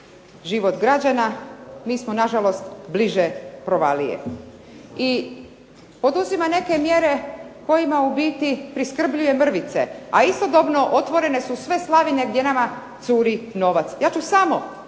život građana, mi smo nažalost bliže provalije. I poduzima neke mjere kojima u biti priskrbljuje mrvice a istodobno otvorene su sve slavine gdje nama curi novac. Ja ću samo